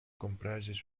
comprises